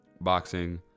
boxing